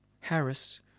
Harris